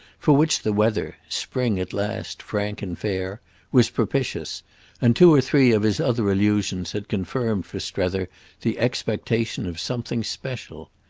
for which the weather spring at last frank and fair was propitious and two or three of his other allusions had confirmed for strether the expectation of something special.